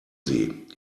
sie